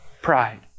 Pride